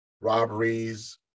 robberies